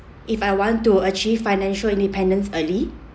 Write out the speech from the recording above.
if I want to achieve financial independence early